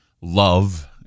love